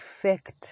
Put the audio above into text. effect